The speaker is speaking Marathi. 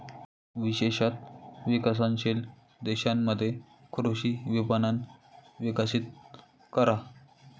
विशेषत विकसनशील देशांमध्ये कृषी विपणन विकसित करा